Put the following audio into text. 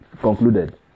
concluded